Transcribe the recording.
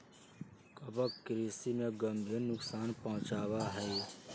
कवक कृषि में गंभीर नुकसान पहुंचावा हई